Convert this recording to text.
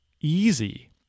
easy